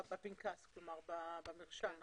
כלומר, במרשם.